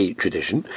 tradition